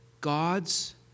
God's